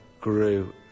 grew